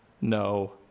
no